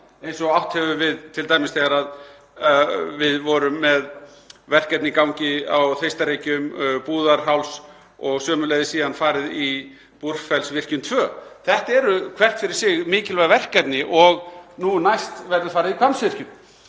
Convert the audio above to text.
eins og átt hefur við t.d. þegar við vorum með verkefni í gangi á Þeistareykjum, Búðarhálsi og sömuleiðis síðan farið í Búrfellsvirkjun II. Þetta er hvert fyrir sig mikilvægt verkefni og núna næst verður farið í Hvammsvirkjun.